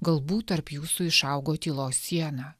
galbūt tarp jūsų išaugo tylos siena